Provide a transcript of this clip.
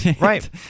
right